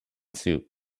suit